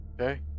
Okay